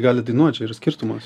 gali dainuot čia yra skirtumas